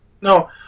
No